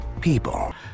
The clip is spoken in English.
people